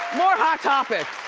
more hot topics.